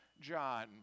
John